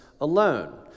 alone